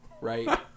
Right